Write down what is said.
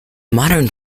modern